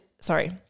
Sorry